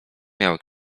miało